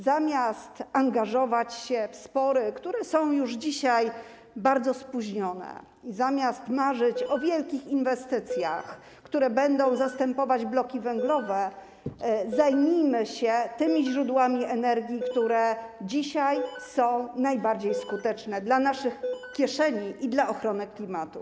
Zamiast angażować się w spory, które są już dzisiaj bardzo spóźnione, zamiast marzyć o wielkich inwestycjach, które będą zastępować bloki węglowe, zajmijmy się tymi źródłami energii, które dzisiaj są najbardziej skuteczne dla naszych kieszeni i dla ochrony klimatu.